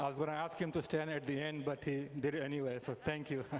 ah gonna ask him to stand at the end, but he did it anyway, so thank you.